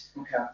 Okay